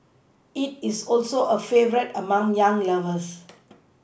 it is also a favourite among young lovers